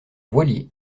voilier